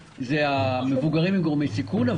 המבוגרים חשופים לגורמי סיכון,